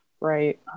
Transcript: Right